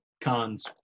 cons